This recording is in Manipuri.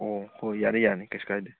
ꯑꯣ ꯍꯣꯏ ꯌꯥꯅꯤ ꯌꯥꯅꯤ ꯀꯩꯁꯨ ꯀꯥꯏꯗꯦ